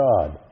God